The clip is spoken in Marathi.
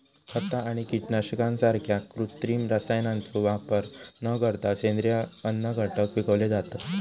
खता आणि कीटकनाशकांसारख्या कृत्रिम रसायनांचो वापर न करता सेंद्रिय अन्नघटक पिकवले जातत